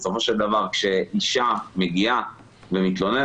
בסופו של דבר כאשר אישה מגיעה ומתלוננת,